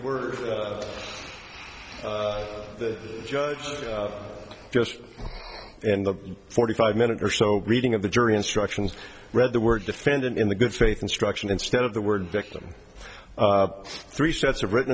were the judge just in the forty five minute or so reading of the jury instructions read the word defendant in the good faith instruction instead of the word victim three sets of written